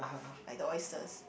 like the oysters